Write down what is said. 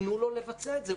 תנו לו לבצע את זה,